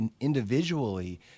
individually